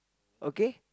okay